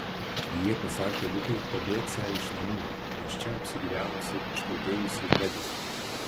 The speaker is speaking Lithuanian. jie pasakė liukui pabėgsią iš namų nes čia apsigyvenusi išprotėjusi ledi